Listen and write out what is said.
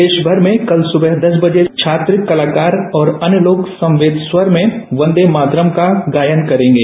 प्रदेश भर में कल सुबह दस बजे छात्र कलाकार और अन्य लोग सम्वेत स्वर में वन्दे मातस्म का गायन करेंगे